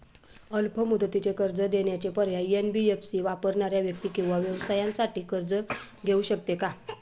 अल्प मुदतीचे कर्ज देण्याचे पर्याय, एन.बी.एफ.सी वापरणाऱ्या व्यक्ती किंवा व्यवसायांसाठी कर्ज घेऊ शकते का?